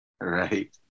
Right